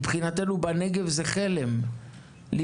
מבחינתנו זה חלם בנגב,